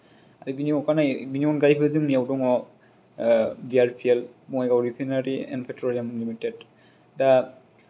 आरो बिनि अखानायै बिनि अनगायैबो जोंनिआव दङ B R P L Bongaigaon refinery and petroleum limited दा